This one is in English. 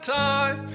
time